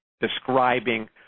describing